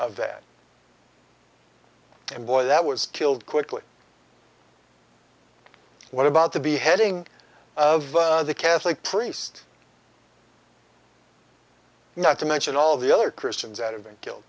of that and boy that was killed quickly what about the beheading of the catholic priest not to mention all the other christians that event killed